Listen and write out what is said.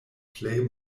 plej